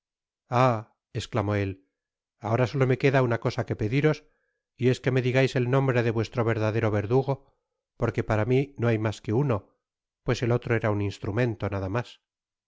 ahí esclamó él ahora solo me queda una cosa que pediros y es que me digais el nombre de vuestro verdadero verdugo porque para mi no hay mas que uno pues el otro era un instrumento nada mas